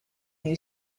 new